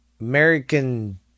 american